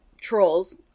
trolls